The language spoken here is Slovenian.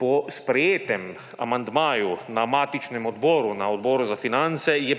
Po sprejetem amandmaju na matičnem odboru, na Odboru za finance, je predlagano